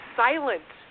silent